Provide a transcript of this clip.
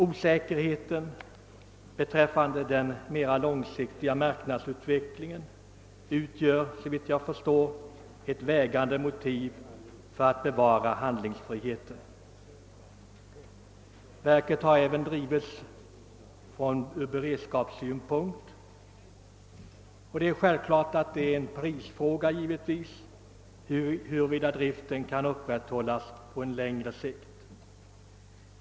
Osäkerheten beträffande den mera långsiktiga marknadsutvecklingen utgör såvitt jag förstår ett vägande motiv för att bevara handlingsfriheten. Verket har även drivits som en beredskapsåtgärd. Naturligtvis är det också en prisfråga huruvida driften kan upprätthållas på längre sikt.